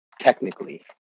technically